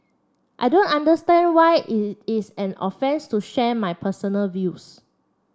I don't understand why is is an offence to share my personal views